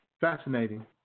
fascinating